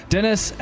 Dennis